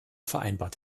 vereinbart